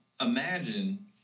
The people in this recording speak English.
imagine